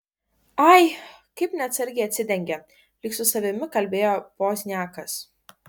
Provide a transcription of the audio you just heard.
ai kaip neatsargiai atsidengė lyg su savimi kalbėjo pozniakas